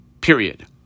Period